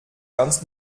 ganz